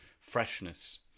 freshness